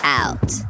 out